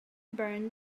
burned